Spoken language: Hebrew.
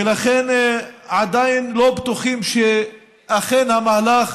ולכן עדיין לא בטוחים שאכן המהלך